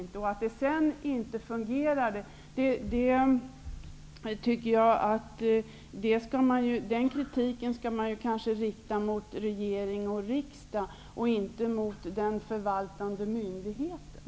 Kritiken mot att det sedan inte fungerade tycker jag att man kanske skall rikta mot regering och riksdag och inte mot den förvaltande myndigheten.